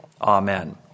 Amen